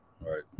Right